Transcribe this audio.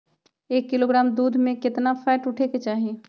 एक किलोग्राम दूध में केतना फैट उठे के चाही?